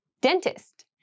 dentist